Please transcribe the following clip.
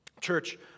Church